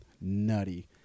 nutty